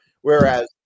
whereas